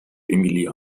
emilia